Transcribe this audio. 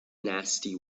nasty